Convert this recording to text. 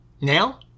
Now